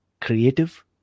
creative